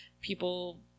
people